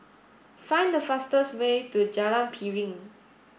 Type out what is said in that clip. find the fastest way to Jalan Piring